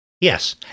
Yes